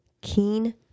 keen